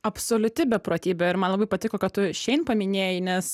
absoliuti beprotybė ir man labai patiko kad tu šein paminėjai nes